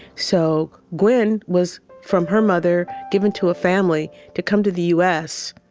so gwen was from her mother, given to a family to come to the u s.